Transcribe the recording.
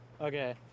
Okay